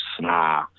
Nah